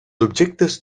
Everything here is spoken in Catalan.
objectes